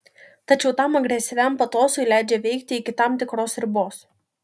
tačiau tam agresyviam patosui leidžia veikti iki tam tikros ribos